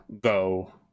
go